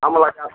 আম ওলাইছে